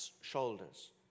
shoulders